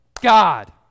god